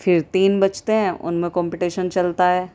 پھر تین بچتے ہیں ان میں کمپٹیشن چلتا ہے